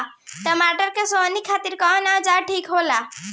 टमाटर के सोहनी खातिर कौन औजार ठीक होला?